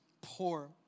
poor